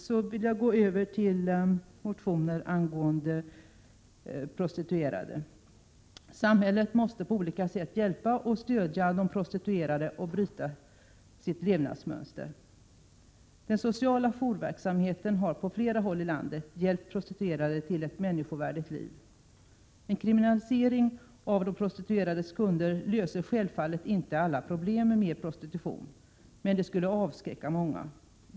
Sedan vill jag gå över till motioner angående prostituerade. Samhället måste på olika sätt hjälpa och stödja de prostituerade att bryta sitt levnadsmönster. Den sociala jourverksamheten har på flera håll i landet hjälpt prostituerade till ett människovärdigt liv. En kriminalisering av de prostituerades kundkontakter löser självfallet inte alla problem med prostitutionen, men det skulle avskräcka många.